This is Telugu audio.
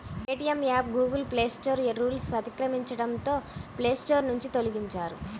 పేటీఎం యాప్ గూగుల్ ప్లేస్టోర్ రూల్స్ను అతిక్రమించడంతో ప్లేస్టోర్ నుంచి తొలగించారు